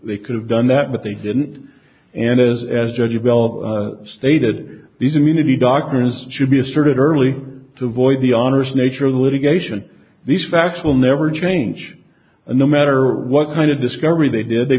they could have done that but they didn't and as as judge will stated these immunity doctors should be asserted early to avoid the honors nature of the litigation these facts will never change and no matter what kind of discovery they did they